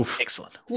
Excellent